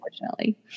unfortunately